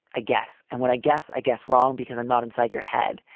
i guess and when i guess i guess wrong because i'm not inside your head.